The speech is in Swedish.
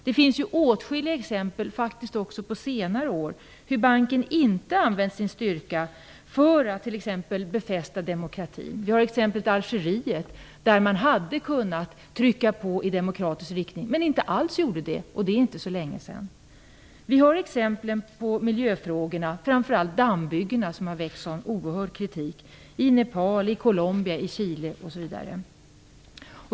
Det finns åtskilliga exempel - faktiskt även på senare år - på hur banken inte har använt sin styrka för att t.ex. befästa demokrati. Det finns exempel från Algeriet, där man hade kunnat trycka på i demokratisk riktning men inte alls gjorde det. Det är inte alls särskilt länge sedan. Miljöfrågor, framför allt dammbyggen, har gett upphov till en oerhörd kritik i Nepal, Colombia, Chile osv.